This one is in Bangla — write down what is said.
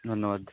ধন্যবাদ